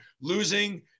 losing